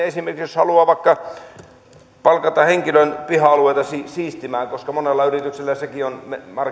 esimerkiksi voi vaikka haluta palkata henkilön piha alueita siistimään koska monella yrityksellä sekin on